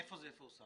איפה זה יפורסם?